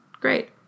great